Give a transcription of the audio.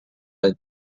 any